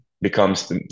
becomes